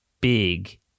big